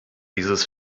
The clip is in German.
dieses